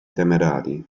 temerari